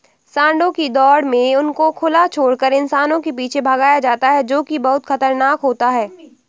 सांडों की दौड़ में उनको खुला छोड़कर इंसानों के पीछे भगाया जाता है जो की बहुत खतरनाक होता है